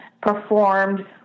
performed